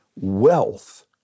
wealth